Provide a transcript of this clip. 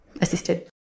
assisted